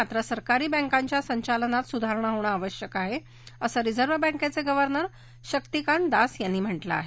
मात्र सरकारी बँकाच्या संचालनात सुधारणा होणं आवश्यक आहे असं रिझर्व्ह बँकेचे गर्व्हनर शक्तिकांत दास यांनी म्हटलं आहे